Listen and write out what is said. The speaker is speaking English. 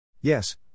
Yes